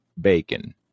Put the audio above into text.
bacon